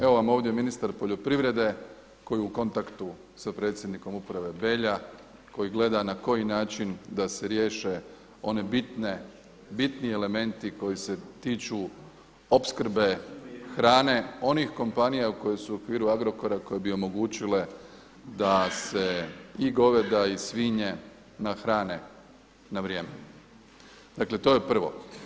Evo vam ovdje ministar poljoprivrede koji je u kontaktu sa predsjednikom Uprave Belja, koji gleda na koji način da se riješe one bitne, bitni elementi koji se tiču opskrbe hrane onih kompanija koje su u okviru Agrokora koje bi omogućile da se i goveda i svinje nahrane na vrijeme, dakle, to je prvo.